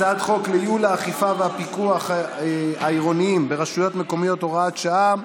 הצעת חוק לייעול האכיפה והפיקוח העירוניים ברשויות המקומיות (הוראת שעה)